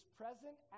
present